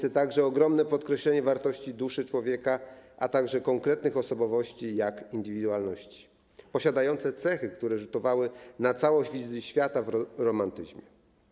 To także ogromne podkreślenie wartości duszy człowieka, a także konkretnych osobowości, indywidualności posiadających cechy, które rzutowały na całość wizji świata w romantyzmie.